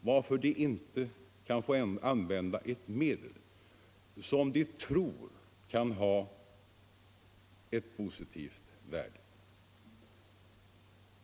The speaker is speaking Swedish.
varför de inte skulle få använda ett medel som de tror har ett positivt värde.